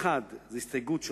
האחת זו הסתייגות של